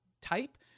type